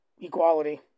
equality